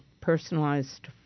personalized